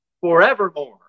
forevermore